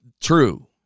true